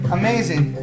amazing